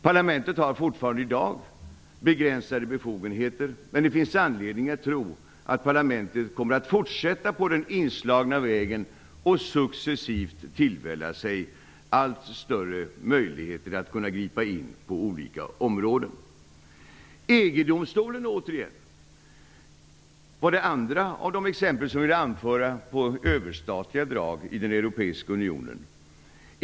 Parlamentet har ännu i dag begränsade befogenheter, men det finns anledning att tro att parlamentet kommer att fortsätta på den inslagna vägen och successivt tillvälla sig allt större möjligheter att gripa in på olika områden. EG-domstolen var det andra av de exempel som jag ville anföra på överstatliga drag i Europeiska unionen.